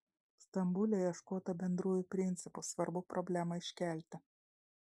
stambule ieškota bendrųjų principų svarbu problemą iškelti